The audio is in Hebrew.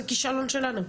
זה כישלון שלנו,